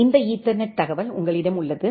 இந்த ஈதர்நெட் தகவல் உங்களிடம் உள்ளது